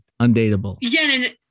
undateable